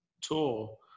tour